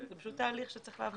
זה פשוט תהליך שצריך לעבור אותו.